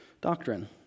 doctrine